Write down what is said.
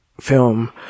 film